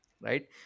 right